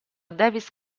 davis